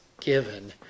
given